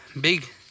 big